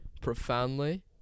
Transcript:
profoundly